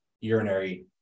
urinary